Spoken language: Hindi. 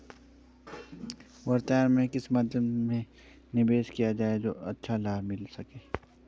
वर्तमान में किस मध्य में निवेश किया जाए जो अच्छा लाभ मिल सके?